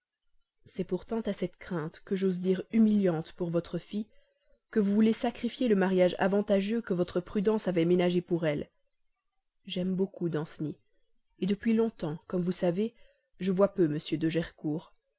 c'est pourtant à cette crainte que j'ose dire humiliante pour votre fille que vous voulez sacrifiez le mariage avantageux que votre prudence avait ménagé pour elle j'aime beaucoup danceny depuis longtemps comme vous savez je vois peu m de gercourt